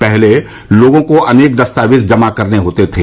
पहले लोगों को अनेक दस्तावेज जमा करने होते थे